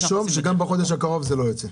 תרשום שגם בחודש הקרוב זה לא ייצא.